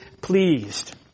pleased